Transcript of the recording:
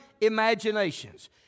imaginations